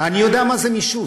אני יודע מה זה מישוש.